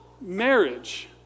Marriage